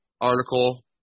article